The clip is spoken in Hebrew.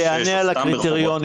זה יענה על הקריטריונים.